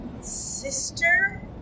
sister